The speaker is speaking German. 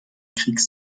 kriegs